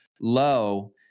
low